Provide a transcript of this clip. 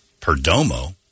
Perdomo